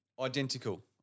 identical